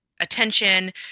attention